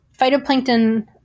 phytoplankton